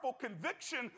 conviction